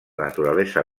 naturalesa